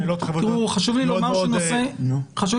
אני רוצה